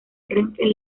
renfe